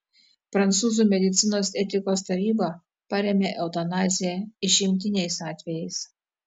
prancūzų medicinos etikos taryba parėmė eutanaziją išimtiniais atvejais